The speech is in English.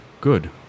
good